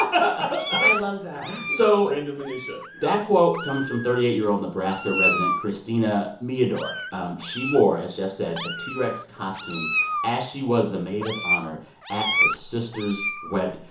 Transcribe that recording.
i love that so. random and minutia. that quote comes from thirty eight year old nebraska resident christina meador. um she wore, as geoff said, a t. rex costume as she was the maid of honor at her sister's wedding.